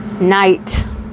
night